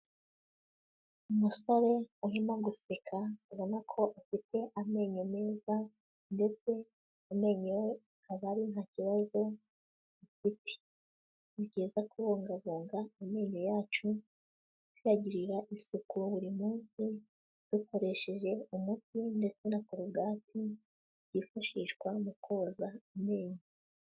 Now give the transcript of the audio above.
Umusore urimo guseka abona ko afite amenyo meza ndetse amenyo ye akaba ari nta kibazo afite, ni byiza kubungabunga iamenyo yacu, tuyagirira isuku buri munsi dukoresheje umuti ndetse na korogati yifashishwa mu koza amenyo.